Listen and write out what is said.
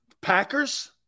Packers